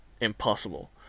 impossible